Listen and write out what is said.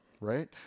Right